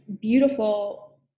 beautiful